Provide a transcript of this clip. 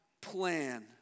plan